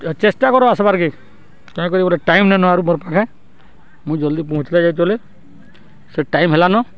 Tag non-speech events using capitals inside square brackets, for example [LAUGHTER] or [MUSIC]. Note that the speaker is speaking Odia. ଚେଷ୍ଟା କର ଆସବାର୍ କେ [UNINTELLIGIBLE] ଗୋଟେ ଟାଇମ୍ ନେ ନବାରୁ ମୋର୍ ପାଖେ ମୁଁ ଜଲ୍ଦି ପହଞ୍ଚି [UNINTELLIGIBLE] ଚଲେ ସେ ଟାଇମ୍ ହେଲାନ